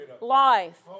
life